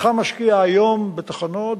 אינך משקיע היום בתחנות,